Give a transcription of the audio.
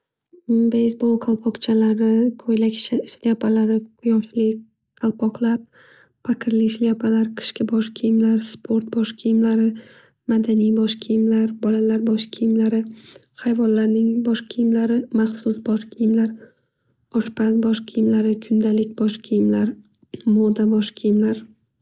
Beyzbo'l qalpoqchalari, ko'ylak shlyapalari, quyoshli qalpoqlar, paqirli shlyapalar, qishgi boshkiyimlar, sport bosh kiyimlari, madaniy bosh kiyimlar, bolalar bosh kiyimlari, hayvonlarning bosh kiyimlari, maxsus bosh kiyimlar, oshpaz bosh kiyimlari, kundalik bosh kiyimlar, moda bosh kiyimlari.